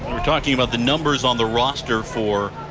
talking about the numbers on the roster for